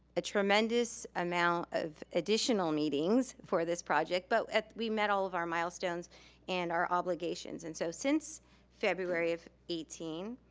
a tremendous amount of additional meetings for this project but we met all of our milestones and our obligations. and so since february of eighteen,